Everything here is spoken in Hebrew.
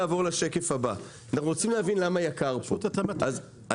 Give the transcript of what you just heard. (שקף: למה יקר פה?).